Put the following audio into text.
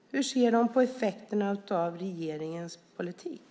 Hur ser de på effekterna av regeringens politik?